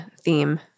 theme